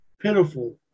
pitiful